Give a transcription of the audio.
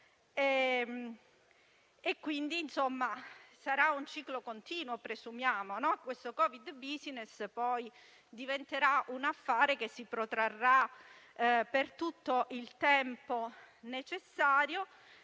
che sarà un ciclo continuo e che questo Covid *business* diventerà un affare che si protrarrà per tutto il tempo necessario,